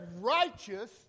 righteous